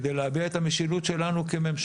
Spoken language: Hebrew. כדי שיוכלו להביע את המשילות שלנו כממשלה,